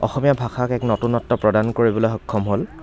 অসমীয়া ভাষাক এক নতুনত্ব প্ৰদান কৰিবলৈ সক্ষম হ'ল